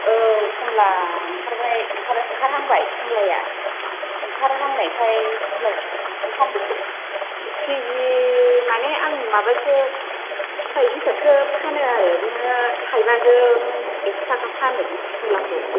औ कमला ओंखारबाय ओंखार ओंखारहांबाय कमलाया ओंखारहांनायखाय कमलाया ओंखार किजि मानि आं माबासो फिथाइ हिसाबसो फानो आरो बिदिनो थाइबाजों एकस' थाखा फानो कमलाखौ